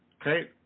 Okay